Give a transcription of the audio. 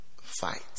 fight